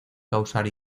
causar